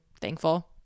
thankful